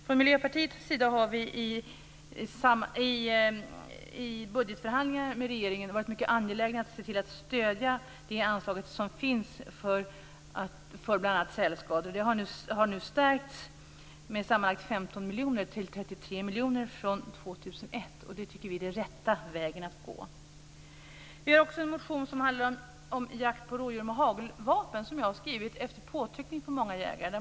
I budgetförhandlingarna med regeringen har vi i Miljöpartiet varit mycket angelägna om att stödja det anslag som finns för bl.a. sälskador. Det har nu stärkts med sammanlagt 15 miljoner till 33 miljoner från 2001. Det tycker vi är den rätta vägen att gå. Vi har också en motion som handlar om jakt på rådjur med hagelvapen som jag har skrivit efter påtryckningar från många jägare.